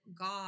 God